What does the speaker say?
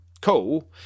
cool